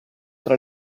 tra